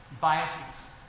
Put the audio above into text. biases